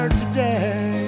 today